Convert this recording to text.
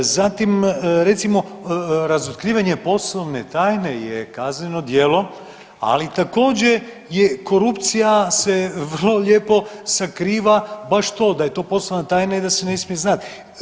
Zatim, recimo razotkrivanje poslovne tajne je kazneno djelo, ali također korupcija se vrlo lijepo sakriva baš to da je to poslovna tajna i da se ne smije znat.